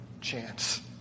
chance